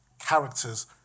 characters